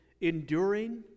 enduring